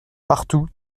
partout